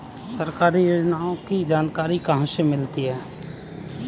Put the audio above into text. सरकारी योजनाओं की जानकारी कहाँ से मिलती है?